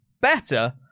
better